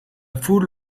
foule